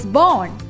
born